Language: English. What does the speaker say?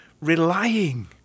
relying